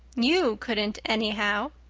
you couldn't, anyhow.